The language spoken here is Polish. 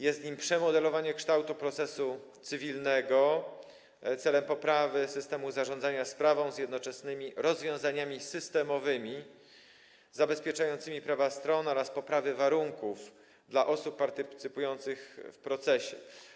Jest nim przemodelowanie kształtu procesu cywilnego celem poprawy systemu zarządzania sprawą z jednoczesnymi rozwiązaniami systemowymi zabezpieczającymi prawa stron oraz poprawy warunków dla osób partycypujących w procesie.